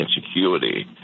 insecurity